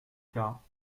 cas